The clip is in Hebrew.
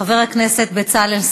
חבר הכנסת בצלאל סמוטריץ,